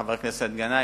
חבר הכנסת גנאים,